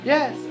Yes